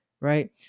right